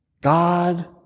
God